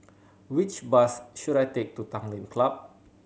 which bus should I take to Tanglin Club